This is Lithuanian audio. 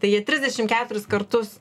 tai jie trisdešim keturis kartus